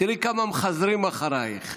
תראי כמה מחזרים אחריך,